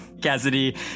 Cassidy